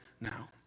now